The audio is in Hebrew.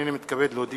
הנני מתכבד להודיעכם,